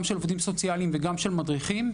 גם של עובדים סוציאליים וגם של מדריכים.